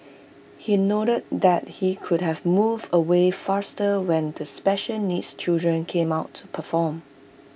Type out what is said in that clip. he noted that he could have moved away faster when the special needs children came out to perform